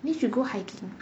you should go hiking